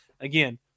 again